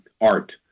art